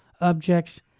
objects